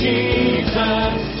Jesus